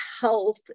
health